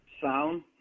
sound